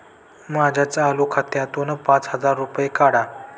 माझ्या चालू खात्यातून पाच हजार रुपये काढा